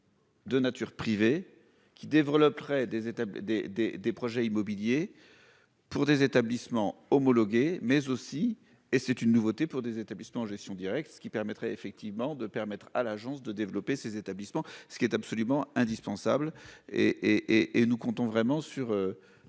De nature privée qui développeraient des étapes des des des projets immobiliers. Pour des établissements homologués mais aussi et c'est une nouveauté pour des établissements en gestion directe, ce qui permettrait effectivement de permettre à l'agence de développer ces établissements ce qui est absolument indispensable et et et et nous comptons vraiment sur.